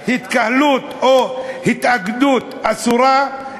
על התקהלות או התאגדות אסורה,